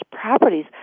properties